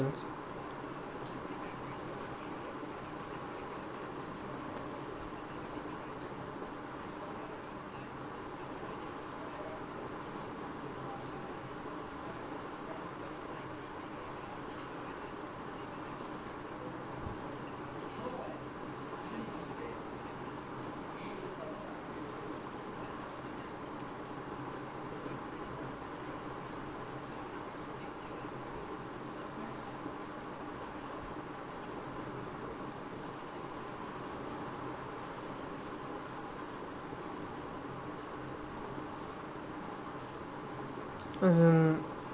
as in